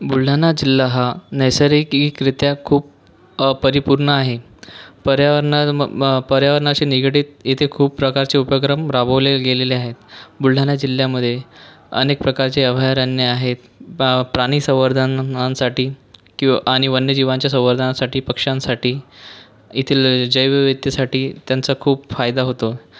बुलढाणा जिल्हा हा नैसरिकगिकरित्या खूप परिपूर्ण आहे पर्यावरणा म म पर्यावरणाशी निगडित इथे खूप प्रकारचे उपक्रम राबवले गेलेले आहेत बुलढाणा जिल्ह्यामध्ये अनेक प्रकारचे अभयारण्य आहेत प्र प्राणी संवर्धनंनांसाठी की आणि वन्य जीवांच्या संवर्धनांसाठी पक्षांसाठी येथील जैवविविधतेसाठी त्यांचा खूप फायदा होतो